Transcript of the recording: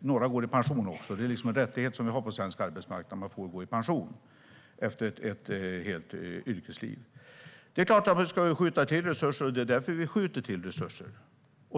Några går i pension också, och det är en rättighet vi har på svensk arbetsmarknad att få gå i pension efter ett helt yrkesliv. Det är klart att vi ska skjuta till resurser, och det gör vi också.